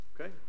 Okay